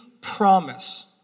promise